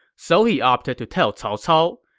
so he opted to tell cao cao.